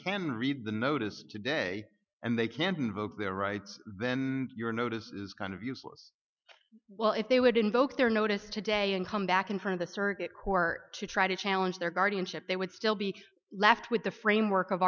can read the notice today and they can't invoke their rights then your notice is kind of useless well if they would invoke their notice today and come back in for the circuit court to try to challenge their guardianship they would still be left with the framework of